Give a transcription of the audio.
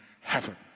heaven